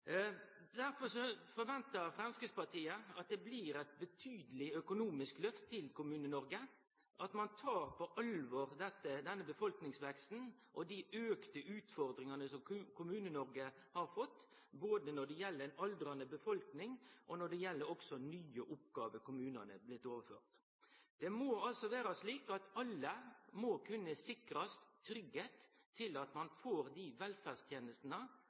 at ein tek på alvor befolkningsveksten og dei auka utfordringane som Kommune-Noreg har fått både når det gjeld ei aldrande befolkning, og når det gjeld nye oppgåver som er blitt overførte til kommunane. Det må vere slik at alle må kunne sikrast tryggleik for at ein får dei velferdstenestene